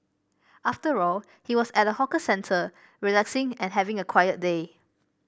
after all he was at a hawker centre relaxing and having a quiet day